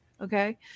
Okay